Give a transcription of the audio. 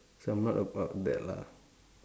so I'm not about that lah